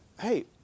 hey